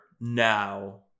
now